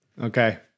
Okay